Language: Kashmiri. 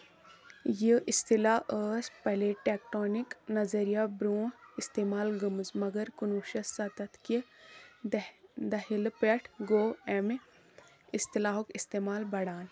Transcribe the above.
یہِ اصطلاح ٲس پلیٹ ٹیکٹونک نظرییہ برٛۄنٛہہ اِستعمال گٔمٕژ مگر کُنہٕ وُہ شیٚتھ سَتَتھ كہِ دٔہلہٕ پٮ۪ٹھ گوٚو امہِ اصطلاحُک استعمال بڑان